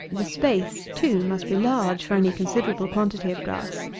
the space, too, must be large, for any considerable quantity of grass.